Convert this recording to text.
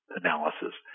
analysis